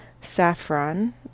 Saffron